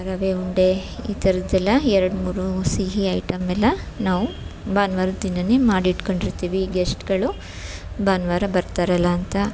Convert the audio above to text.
ರವೆ ಉಂಡೆ ಈ ಥರದ್ದೆಲ್ಲ ಎರಡು ಮೂರು ಸಿಹಿ ಐಟಮ್ಮೆಲ್ಲ ನಾವು ಭಾನ್ವಾರದ ದಿನವೇ ಮಾಡಿ ಇಟ್ಕೊಂಡಿರ್ತೀವಿ ಗೆಸ್ಟ್ಗಳು ಭಾನುವಾರ ಬರ್ತಾರಲ್ಲಾ ಅಂತ